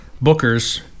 Booker's